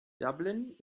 dublin